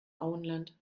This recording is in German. auenland